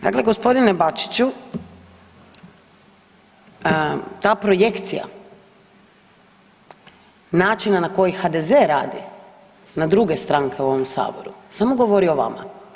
Dakle, g. Bačiću, ta projekcija načina na koji HDZ radi na druge stranke u ovom Saboru, samo govori o vama.